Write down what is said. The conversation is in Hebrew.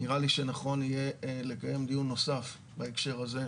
נראה לי שנכון יהיה לקיים דיון נוסף בהקשר הזה,